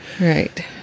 right